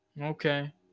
okay